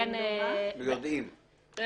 יש